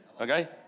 Okay